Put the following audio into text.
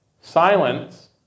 silence